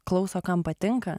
klauso kam patinka